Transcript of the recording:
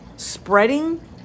spreading